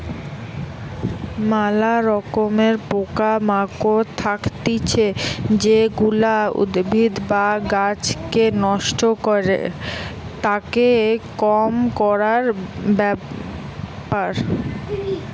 ম্যালা রকমের পোকা মাকড় থাকতিছে যেগুলা উদ্ভিদ বা গাছকে নষ্ট করে, তাকে কম করার ব্যাপার